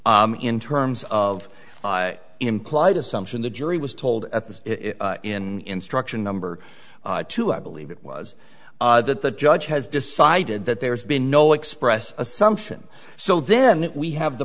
in terms of implied assumption the jury was told at the in instruction number two i believe it was that the judge has decided that there's been no express assumption so then we have the